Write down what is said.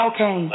Okay